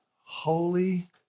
Holy